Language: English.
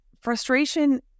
frustration